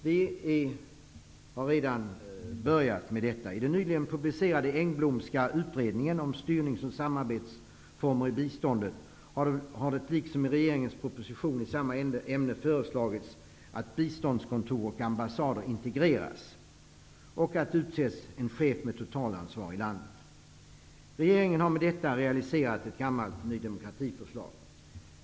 Vi har redan börjat med detta. I den nyligen publicerade Engblomska utredningen om styrnings och samarbetsformer i biståndet har det, liksom i regeringens proposition i samma ämne, föreslagits att biståndskontor och ambassader skall integreras och att det skall utses en chef med totalansvar i landet. Regeringen har med detta realiserat ett gammalt förslag från Ny demokrati.